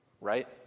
Right